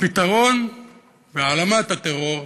והפתרון בהעלמת הטרור,